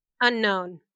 Unknown